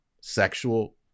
sexual